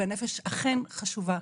והנפש אכן חשובה.